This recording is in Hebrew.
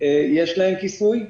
יש להם כיסוי.